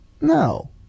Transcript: No